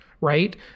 right